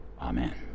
amen